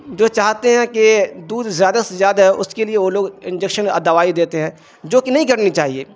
جو چاہتے ہیں کہ دودھ زیادہ سے زیادہ ہے اس کے لیے وہ لوگ انجیکشن دوائی دیتے ہیں جو کہ نہیں کرنی چاہیے